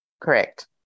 Correct